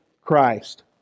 Christ